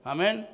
Amen